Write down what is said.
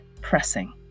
pressing